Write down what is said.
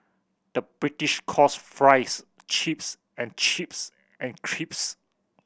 the British calls fries chips and chips and